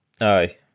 Aye